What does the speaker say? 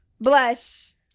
blush